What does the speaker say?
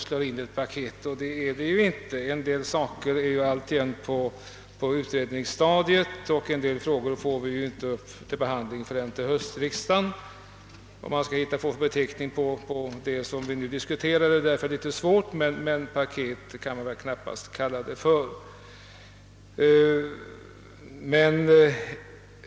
Så är emellertid inte fallet eftersom vissa frågor befinner sig på utredningsstadiet och andra inte kommer upp till behandling förrän vid höstriksdagen. Det är därför litet svårt att finna en beteckning på det vi nu diskuterar, men »paket» kan det väl knappast kallas.